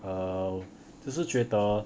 err 只是觉得